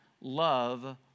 love